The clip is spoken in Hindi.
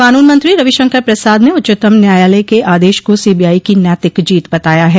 कानून मंत्री रविशंकर प्रसाद ने उच्चतम न्यायालय के आदेश को सीबीआई की नैतिक जीत बताया है